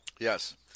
Yes